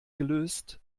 gelöst